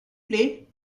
play